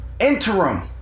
Interim